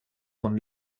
von